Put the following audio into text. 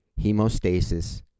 Hemostasis